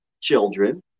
children